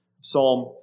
Psalm